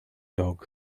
dog